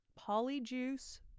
Polyjuice